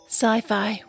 Sci-fi